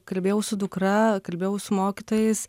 kalbėjau su dukra kalbėjau su mokytojais